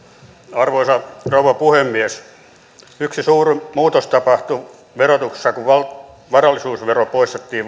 arvoisa rouva puhemies yksi suuri muutos tapahtui verotuksessa kun varallisuusvero poistettiin